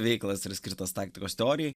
veiklos yra skirtos taktikos teorijai